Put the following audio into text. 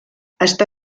està